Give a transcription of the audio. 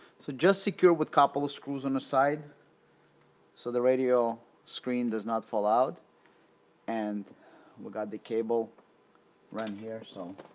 so just secure with couple of screws on the side so the radio screen does not fall out and we got the cable run here so